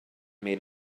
made